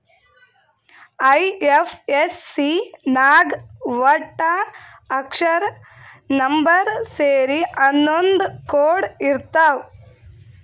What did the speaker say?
IFSC ನಾಗ್ ವಟ್ಟ ಅಕ್ಷರ, ನಂಬರ್ ಸೇರಿ ಹನ್ನೊಂದ್ ಕೋಡ್ ಇರ್ತಾವ್